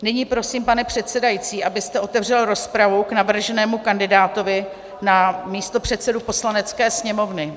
Nyní prosím, pane předsedající, abyste otevřel rozpravu k navrženému kandidátovi na místopředsedu Poslanecké sněmovny.